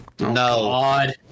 no